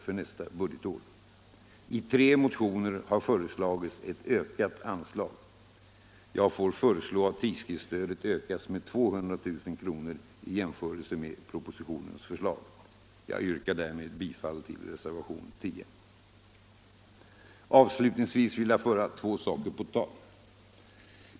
för nästa budgetår. I tre motioner har föreslagits ett ökat anslag. Jag föreslår att tidskriftsstödet ökas med 200 000 kr. i jämförelse med propositionens förslag. Jag yrkar därmed bifall till reservationen 10. Avslutningsvis vill jag föra två saker på tal.